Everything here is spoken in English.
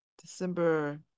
december